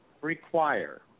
require